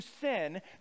sin